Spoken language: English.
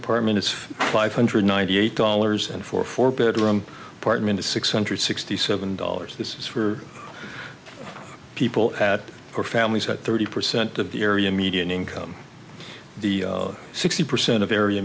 apartment is for five hundred ninety eight dollars and for a four bedroom apartment is six hundred sixty seven dollars this is for people at their families at thirty percent of the area median income the sixty percent of area